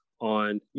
on